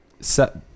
set